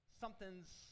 Something's